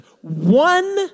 one